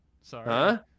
Sorry